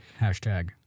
hashtag